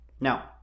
now